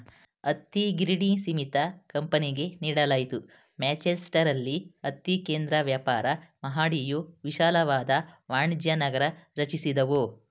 ಹತ್ತಿಗಿರಣಿ ಸೀಮಿತ ಕಂಪನಿಗೆ ನೀಡಲಾಯ್ತು ಮ್ಯಾಂಚೆಸ್ಟರಲ್ಲಿ ಹತ್ತಿ ಕೇಂದ್ರ ವ್ಯಾಪಾರ ಮಹಡಿಯು ವಿಶಾಲವಾದ ವಾಣಿಜ್ಯನಗರ ರಚಿಸಿದವು